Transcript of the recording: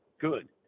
good